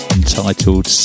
entitled